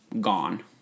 gone